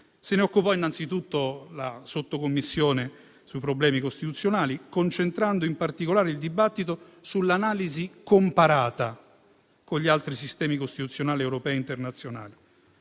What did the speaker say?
Se ne occupò innanzitutto la sottocommissione sui problemi costituzionali, concentrando in particolare il dibattito sull'analisi comparata con gli altri sistemi costituzionali europei e internazionali.